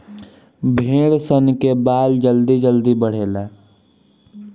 भेड़ सन के बाल जल्दी जल्दी बढ़ेला